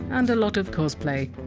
and a lot of cosplay.